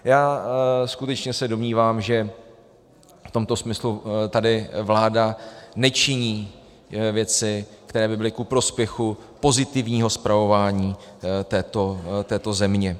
Já se skutečně domnívám, že v tomto smyslu tady vláda nečiní věci, které by byly ku prospěchu pozitivního spravování této země.